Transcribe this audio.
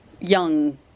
young